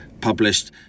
published